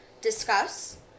discuss